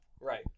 Right